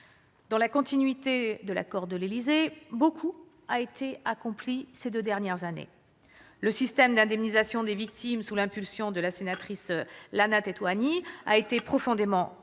Dans la continuité de l'accord de l'Élysée, beaucoup a été accompli au cours des deux dernières années. Le système d'indemnisation des victimes, sous l'impulsion de la sénatrice Lana Tetuanui, a été profondément réformé.